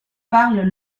parlent